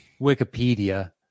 Wikipedia